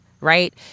right